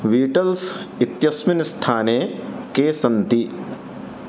vitals इत्यस्मिन् स्थाने के सन्ति